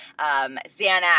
Xanax